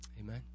Amen